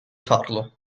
farlo